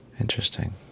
Interesting